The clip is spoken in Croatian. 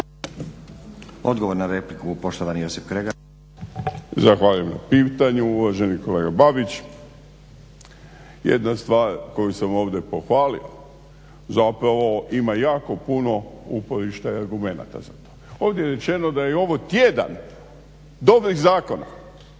Odgovor na repliku, poštovani Josip Kregar.